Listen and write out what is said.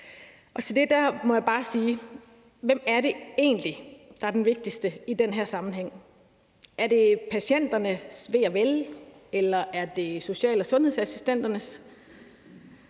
Til det må jeg bare spørge: Hvad er det egentlig, der er vigtigst i den her sammenhæng? Er det patienternes ve og vel? Eller er det social- og sundhedsassistenternes?